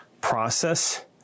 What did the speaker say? process